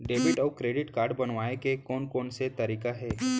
Debit अऊ credit card बनवाए के कोन कोन से तरीका हे?